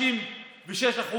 שעלה ב-56%,